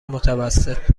متوسط